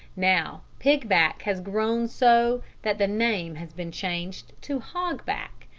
now pigback has grown so that the name has been changed to hogback,